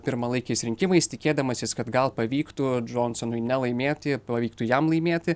pirmalaikiais rinkimais tikėdamasis kad gal pavyktų džonsonui nelaimėti pavyktų jam laimėti